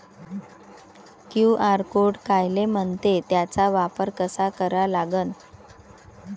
QR code कायले म्हनते, त्याचा वापर कसा करा लागन?